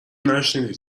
نشنیدی